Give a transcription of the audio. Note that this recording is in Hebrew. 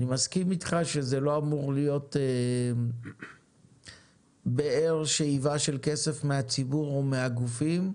אני מסכים איתך שזה לא אמור להיות באר שאיבה של כסף מהציבור או מהגופים,